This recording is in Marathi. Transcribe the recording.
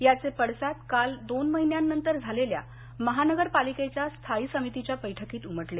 याचे पडसाद काल दोन महिन्यानंतर झालेल्या महानगर पालिकेच्या स्थायी समितीच्या बैठकीत उमटले